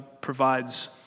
provides